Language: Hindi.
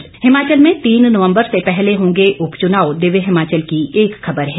ृ हिमाचल में तीन नवंबर से पहले होंगे उपचुनाव दिव्य हिमाचल की एक खबर है